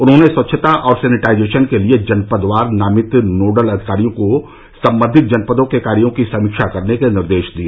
उन्होंने स्वच्छता और सैनिटाइजेशन के लिए जनपदवार नामित नोडल अधिकारियों को संबंधित जनपदों के कार्यों की समीक्षा करने के निर्देश दिए